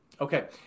Okay